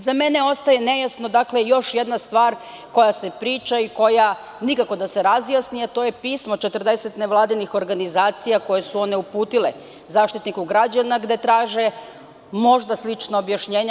Za mene ostaje nejasna još jedna stvar koja se priča i koja nikako da se razjasni, a to je pismo 40 nevladinih organizacija koje su uputile Zaštitniku građana, gde traže možda slična objašnjenja.